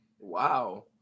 wow